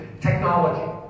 technology